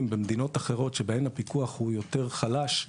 במדינות אחרות שבהן הפיקוח הוא יותר חלש,